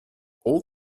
all